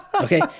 okay